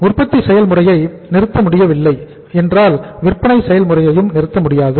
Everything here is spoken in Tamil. உற்பத்தி செயல்முறையை நிறுத்த முடியவில்லை என்றால் விற்பனை செயல்முறையையும் நிறுத்த முடியாது